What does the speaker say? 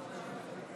אין מתנגדים,